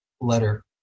letter